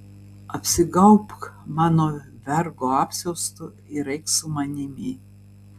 apsigaubk mano vergo apsiaustu ir eik su manimi